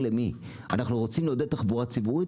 האם אנחנו רוצים לעודד תחבורה ציבורית